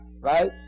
Right